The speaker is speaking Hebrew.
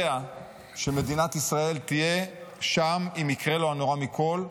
יודע שמדינת ישראל תהיה שם אם יקרה לו הנורא מכול,